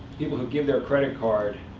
people who give their credit card